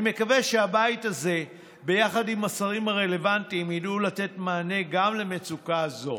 אני מקווה שהבית הזה ידע עם השרים הרלוונטיים לתת מענה גם למצוקה זו.